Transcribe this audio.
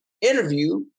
interview